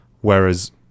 Whereas